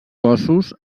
cossos